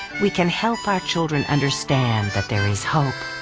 we can help our children understand that there is hope,